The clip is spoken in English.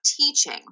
teaching